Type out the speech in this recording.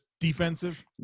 defensive